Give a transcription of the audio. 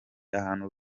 ahantu